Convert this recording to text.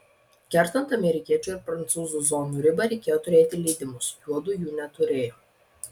kertant amerikiečių ir prancūzų zonų ribą reikėjo turėti leidimus juodu jų neturėjo